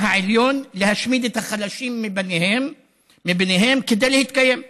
העליון להשמיד את החלשים מהם כדי להתקיים,